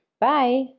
Bye